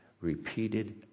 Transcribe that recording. repeated